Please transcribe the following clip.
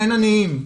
אין עניים.